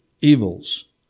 evils